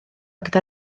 gyda